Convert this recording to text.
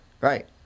Right